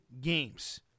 games